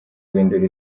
guhindura